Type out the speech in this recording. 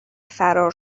فرار